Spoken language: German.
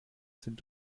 sind